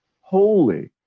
holy